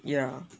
ya